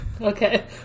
Okay